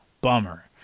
bummer